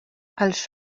els